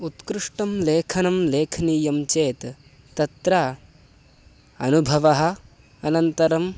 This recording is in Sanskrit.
उत्कृष्टं लेखनं लेखनीयं चेत् तत्र अनुभवः अनन्तरम्